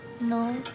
No